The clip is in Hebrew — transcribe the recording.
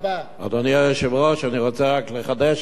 אדוני היושב-ראש, אני רוצה רק לחדש לך,